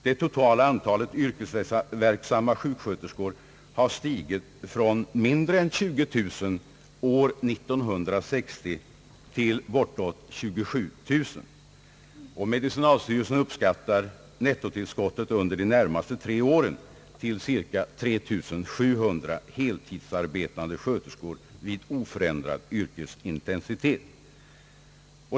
Det totala antalet yrkesverksamma sjuksköterskor har stigit från mindre än 20000 år 1960 till bortåt 27 000, och medicinalstyrelsen uppskattar nettotillskottet under de närmaste tre åren till cirka 3 700 heltidsarbetande sköterskor vid oförändrad yrkesintensitet.